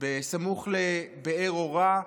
סמוך לבאר אורה.